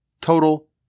Total